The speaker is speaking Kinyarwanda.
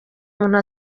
umuntu